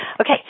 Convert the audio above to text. Okay